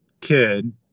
kid